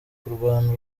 kurwana